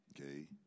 Okay